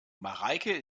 mareike